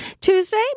Tuesday